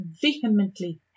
Vehemently